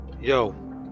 yo